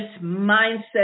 mindset